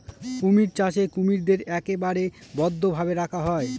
কুমির চাষে কুমিরদের একেবারে বদ্ধ ভাবে রাখা হয়